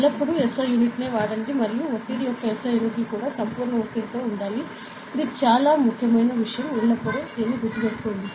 ఎల్లప్పుడూ SI యూనిట్ను వాడండి మరియు ఒత్తిడి యొక్క SI యూనిట్లు కూడా సంపూర్ణ ఒత్తిడిలో ఉండాలి ఇది చాలా ముఖ్యమైన విషయం ఎల్లప్పుడూ దీన్ని గుర్తుంచుకోండి